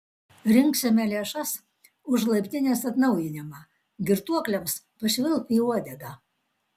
rinksime lėšas už laiptinės atnaujinimą girtuokliams pašvilpk į uodegą